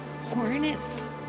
hornet's